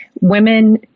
Women